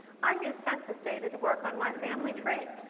i use census data to work on my family tree.